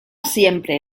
siempre